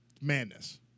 Madness